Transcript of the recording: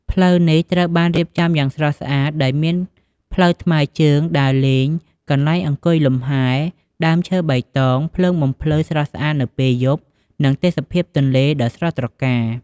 ផ្លូវនេះត្រូវបានរៀបចំយ៉ាងស្រស់ស្អាត ដោយមានផ្លូវថ្មើរជើងដើរលេង កន្លែងអង្គុយលំហែ ដើមឈើបៃតង ភ្លើងបំភ្លឺស្រស់ស្អាតនៅពេលយប់ និងទេសភាពទន្លេដ៏ស្រស់ត្រកាល។